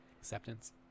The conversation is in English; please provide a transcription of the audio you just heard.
acceptance